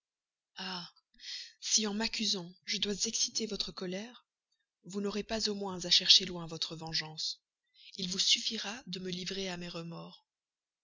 si en m'accusant je dois exciter votre colère vous n'aurez pas au moins à chercher loin votre vengeance il vous suffira de me livrer à mes remords